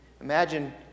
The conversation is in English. Imagine